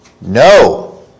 No